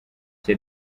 icyo